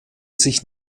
sich